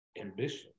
ambition